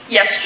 Yes